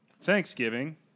Thanksgiving